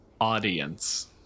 audience